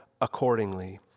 accordingly